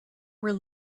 were